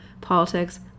politics